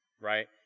right